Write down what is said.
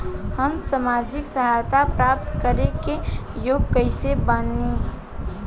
हम सामाजिक सहायता प्राप्त करे के योग्य कइसे बनब?